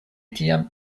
tiam